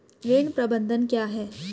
ऋण प्रबंधन क्या है?